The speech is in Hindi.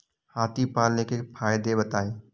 हाथी पालने के फायदे बताए?